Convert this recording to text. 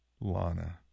Lana